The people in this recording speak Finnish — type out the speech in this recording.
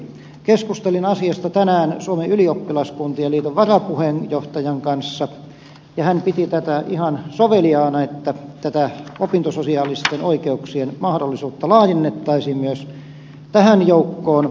keskustelin asiasta tänään suomen ylioppilaskuntien liiton varapuheenjohtajan kanssa ja hän piti ihan soveliaana että tätä opintososiaalisten oikeuksien mahdollisuutta laajennettaisiin myös tähän joukkoon